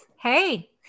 Hey